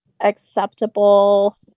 acceptable